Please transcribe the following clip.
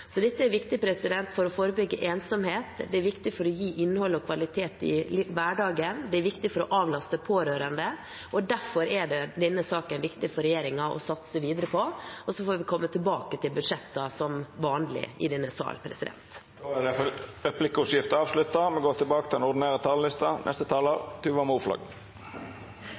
Så dette er viktig for å forebygge ensomhet, det er viktig for å gi innhold og kvalitet i hverdagen, det er viktig for å avlaste pårørende, og derfor er denne saken viktig for regjeringen å satse videre på. Så får vi komme tilbake til budsjettene som vanlig i denne sal. Replikkordskiftet er då avslutta.